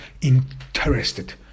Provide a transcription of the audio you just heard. interested